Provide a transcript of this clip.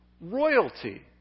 royalty